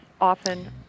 often